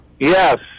Yes